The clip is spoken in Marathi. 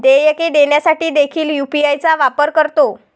देयके देण्यासाठी देखील यू.पी.आय चा वापर करतो